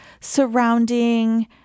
surrounding